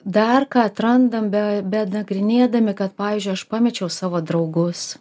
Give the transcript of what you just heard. dar ką atrandam be benagrinėdami kad pavyzdžiui aš pamečiau savo draugus